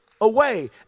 away